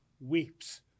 weeps